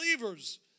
believers